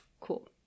cool